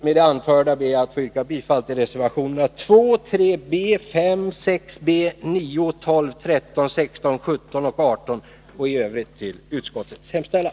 Med det anförda ber jag att få yrka bifall till reservationerna 2, 3b, 5, 6b, 9, 12, 13, 16, 17 och 18 och i övrigt till utskottets hemställan.